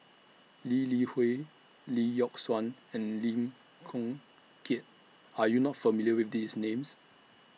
Lee Li Hui Lee Yock Suan and Lim Chong Keat Are YOU not familiar with These Names